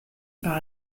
par